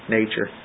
nature